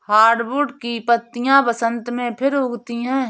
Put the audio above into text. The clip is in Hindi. हार्डवुड की पत्तियां बसन्त में फिर उगती हैं